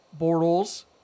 Bortles